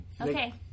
Okay